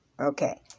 Okay